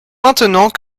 maintenant